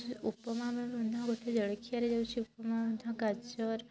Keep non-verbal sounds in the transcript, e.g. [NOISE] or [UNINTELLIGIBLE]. ଉପମା [UNINTELLIGIBLE] ମଧ୍ୟ ଗୋଟେ ଜଳଖିଆରେ ଯାଉଛି ଉପମା ମଧ୍ୟ ଗାଜର୍